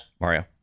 Mario